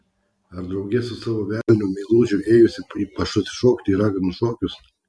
ar drauge su savo velniu meilužiu ėjusi pasišokti į raganų šokius